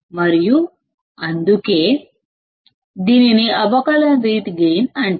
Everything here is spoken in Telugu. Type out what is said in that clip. మరియు అందుకే దీనిని అవకలన రీతి గైన్ అంటారు